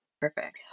Perfect